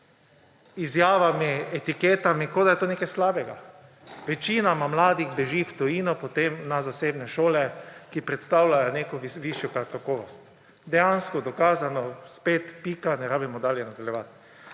izjavami, etiketami, kot da je to nekaj slabega. Večina mladih beži v tujino potem na zasebne šole, ki predstavljajo neko višjo kakovost. Dejansko dokazano. Spet pika, ne rabimo dalje nadaljevati.